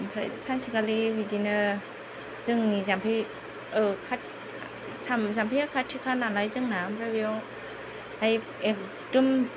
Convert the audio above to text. ओमफ्राय सानसेखालि बिदिनो जोंनि जाम्फै जाम्फैया खाथिखा नालाय जोंना ओमफ्राय बेयावहाय एखदम